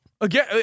Again